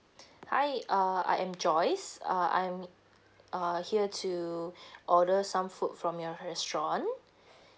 hi err I am joyce uh I'm err here to order some food from your restaurant